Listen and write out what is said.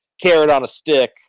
carrot-on-a-stick